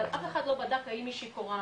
אבל אף אחד לא בדק האם היא שיכורה.